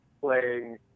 playing